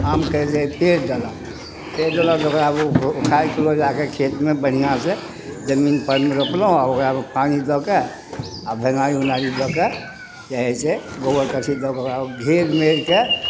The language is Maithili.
आमके जे पेड़ देलक पेड़ देलक तऽ ओकरा उ उ उखाड़िके लऽ जाके खेतमे बढ़िआँसँ जमीनपरमे रोपलहुँ आओर ओकरामे पानि दऽ कऽ आओर भेनारी उनारी दऽ कऽ जे हइ से गोबर करसी दऽके ओकरा घेर मेढ़के